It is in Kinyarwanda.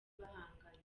bahanganye